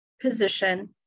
position